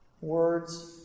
words